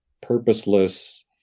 purposeless